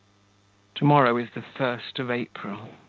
to-morrow is the first of april.